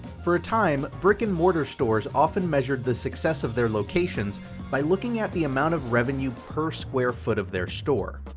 for a time, brick and mortar stores often measured the success of their locations by looking at the amount of revenue per square foot of their store.